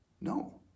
no